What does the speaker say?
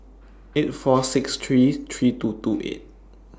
eight four six three three two two eight